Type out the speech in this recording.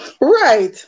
Right